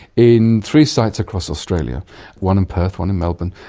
in three sites across australia one in perth, one in melbourne,